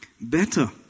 Better